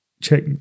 check